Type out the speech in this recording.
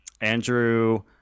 Andrew